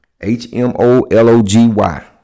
H-M-O-L-O-G-Y